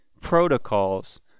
protocols